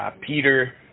Peter